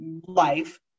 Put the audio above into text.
life